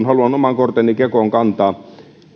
haluan oman korteni kekoon kantaa